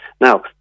Now